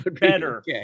better